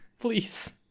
please